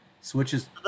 Switches